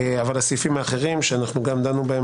אבל הסעיפים האחרים שגם דנו עליהם